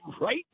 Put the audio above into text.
right